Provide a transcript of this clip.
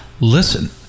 listen